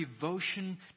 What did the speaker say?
devotion